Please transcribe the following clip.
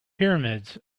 pyramids